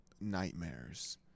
nightmares